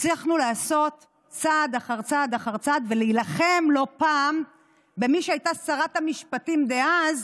הצלחנו לעשות צעד אחר צעד ולהילחם לא פעם במי שהייתה שרת המשפטים דאז,